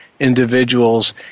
individuals